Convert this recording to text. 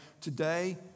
Today